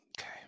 Okay